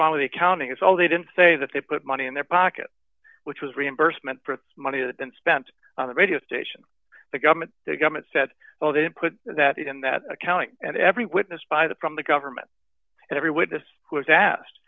wrong the accounting is all they didn't say that they put money in their pocket which was reimbursement for the money that then spent on the radio station the government the government said well they didn't put that in that account and every witness by the from the government and every witness who was asked